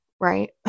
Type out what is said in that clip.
right